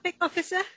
officer